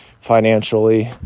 financially